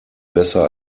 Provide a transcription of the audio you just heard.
besser